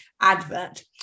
advert